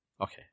Okay